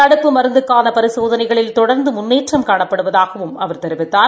தடுப்பு மருந்துக்கான பரிசோதனைகளில் தொடர்ந்து முன்னேற்றம் காணப்படுவதாகவும் அவர் தெரிவித்தார்